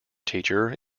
teacher